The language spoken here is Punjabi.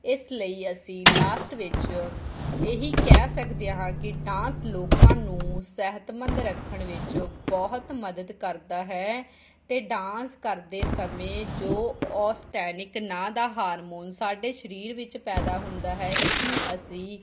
ਇਸ ਲਈ ਅਸੀਂ ਲਾਸਟ ਵਿੱਚ ਇਹ ਹੀ ਕਹਿ ਸਕਦੇ ਹਾਂ ਕਿ ਡਾਂਸ ਲੋਕਾਂ ਨੂੰ ਸਿਹਤਮੰਦ ਰੱਖਣ ਵਿੱਚ ਬਹੁਤ ਮਦਦ ਕਰਦਾ ਹੈ ਅਤੇ ਡਾਂਸ ਕਰਦੇ ਸਮੇਂ ਜੋ ਓਸਟੈਨਿਕ ਨਾਂ ਦਾ ਹਾਰਮੋਨ ਸਾਡੇ ਸਰੀਰ ਵਿੱਚ ਪੈਦਾ ਹੁੰਦਾ ਹੈ ਉਸਨੂੰ ਅਸੀਂ